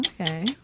okay